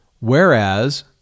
Whereas